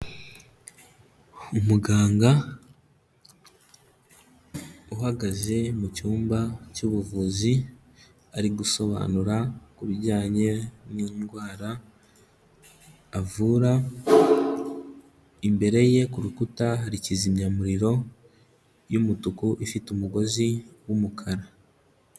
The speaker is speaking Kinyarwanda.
Umuganga uhagaze mu cyumba cy'ubuvuzi, ari gusobanura kubijyanye n'indwara avura, imbere ye ku rukuta hari kizimyamuriro y'umutuku ifite umugozi w'umukara.